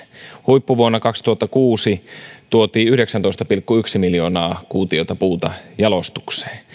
huippuvuonna kaksituhattakuusi tuotiin yhdeksäntoista pilkku yksi miljoonaa kuutiota puuta jalostukseen